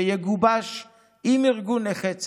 שיגובש עם ארגון נכי צה"ל,